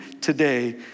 today